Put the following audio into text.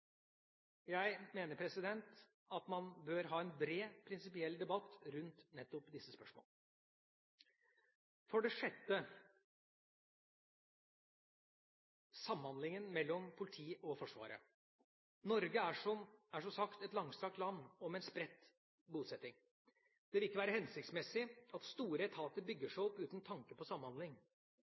Jeg mener at man bør ha en bred, prinsipiell debatt rundt nettopp disse spørsmålene. For det sjette, samhandlingen mellom politi og Forsvaret: Norge er, som sagt, et langstrakt land og med en spredt bosetting. Det vil ikke være hensiktsmessig at store etater bygger seg opp uten tanke på samhandling.